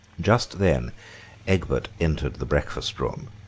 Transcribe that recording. just then egbert entered the breakfast-room,